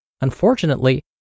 Unfortunately